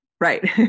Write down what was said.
Right